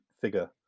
figure